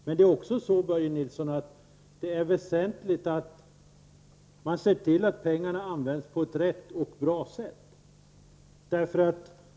Men det är också väsentligt att man ser till att pengarna används på ett riktigt och bra sätt.